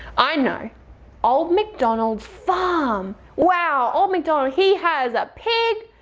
i know old macdonald's farm. wow, old macdonald he has a pig,